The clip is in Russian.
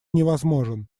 невозможен